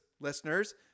listeners